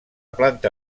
planta